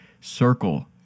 circle